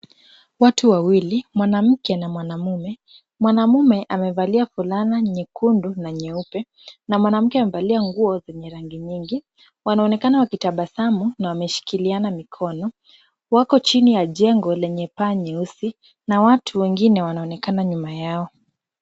Watu wawili, mwanamke na mwanaume. Mwanaume amevalia fulana nyekundu na nyeupe na mwanamke amevalia nguo zenye rangi mingi. Wanaonekana wakitabasamu na wameshikiliana mikono. Wako chini ya jengo lenye paa nyeusi na watu wengine wanaonekana nyuma yao.